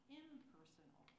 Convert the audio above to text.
impersonal